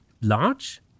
large